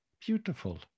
Beautiful